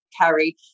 carry